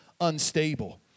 unstable